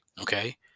okay